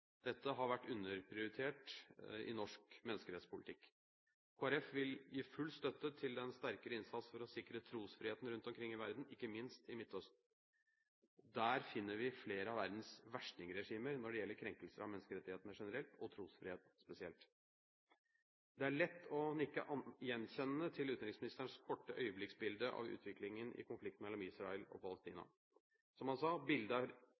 Dette har vært underprioritert i norsk menneskerettspolitikk. Kristelig Folkeparti vil gi full støtte til en sterkere innsats for å sikre trosfriheten rundt i verden, ikke minst i Midtøsten. Der finner vi flere av verdens verstingregimer når det gjelder krenkelse av menneskerettighetene generelt, og trosfrihet spesielt. Det er lett å nikke gjenkjennende til utenriksministerens korte øyeblikksbilde av utviklingen i konflikten mellom Israel og Palestina. Som han sa: «Bildet av